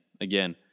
again